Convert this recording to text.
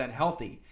healthy